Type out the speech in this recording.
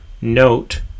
note